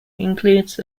includes